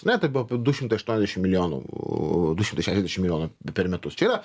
ne tai bu apie du šimtai aštuoniasdešim milijonų u du šimtai šešiasdešim milijonų per metus čia yra